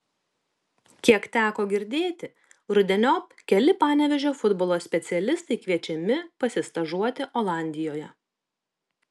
kiek teko girdėti rudeniop keli panevėžio futbolo specialistai kviečiami pasistažuoti olandijoje